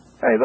Hey